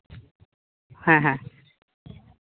ᱦᱮᱸ ᱦᱮᱸ